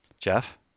Jeff